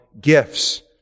gifts